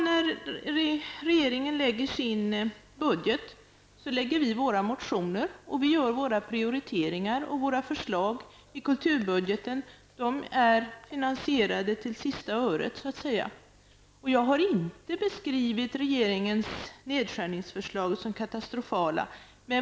När regeringen lägger fram sitt budgetförslag, lägger vi fram våra motioner där vi gör våra prioriteringar i kulturbudgeten. De är finansierade till sista öret. Jag har inte beskrivit regeringens nedskärningsförslag som katastrofala.